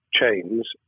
chains